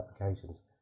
applications